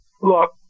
Look